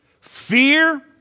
fear